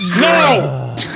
No